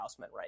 right